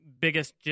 Biggest